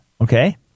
okay